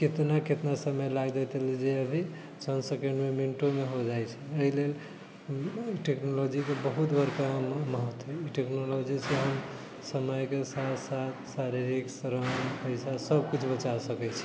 कितना कितना समय लागि जाइत रहलै जे अभी चन्द सेकेन्ड मिनटोमे हो जाइत छै एहि लेल टेक्नोलोजीके बहुत बड़का महत्व है टेक्नोलोजी से हम समयके साथ साथ शारीरिक श्रम पैसा सभ किछु बचा सकैत छी